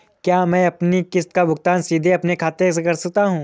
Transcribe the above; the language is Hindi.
क्या मैं अपनी किश्त का भुगतान सीधे अपने खाते से कर सकता हूँ?